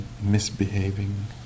misbehaving